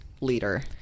leader